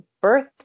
birth